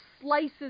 slices